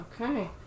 Okay